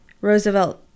roosevelt